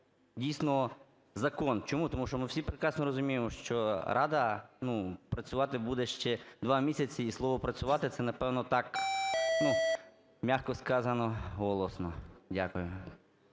дійсно закон. Чому? Тому що ми всі прекрасно розуміємо, що Рада, ну, працювати буде ще два місяці. І слово "працювати" - це, напевно, так м'яко сказано, голосно. Дякую.